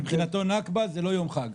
מבחינתו זה נכבה, זה לא יום חג.